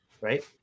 right